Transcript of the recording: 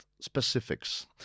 specifics